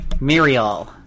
Muriel